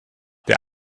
der